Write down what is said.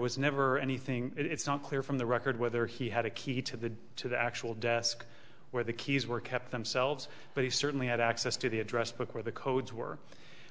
was never anything it's not clear from the record whether he had a key to the to the actual desk where the keys were kept themselves but he certainly had access to the address book where the codes were